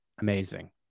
amazing